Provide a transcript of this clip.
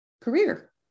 career